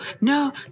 no